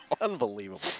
Unbelievable